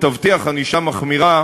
ותבטיח ענישה מחמירה